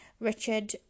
richard